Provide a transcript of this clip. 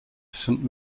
saint